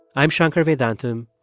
i'm shankar vedantam.